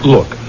Look